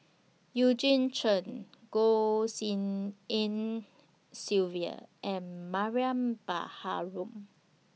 Eugene Chen Goh Tshin En Sylvia and Mariam Baharom